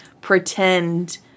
pretend